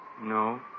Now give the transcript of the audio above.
No